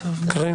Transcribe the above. קארין.